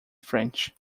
french